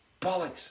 Bollocks